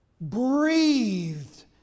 breathed